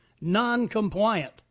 non-compliant